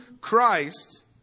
Christ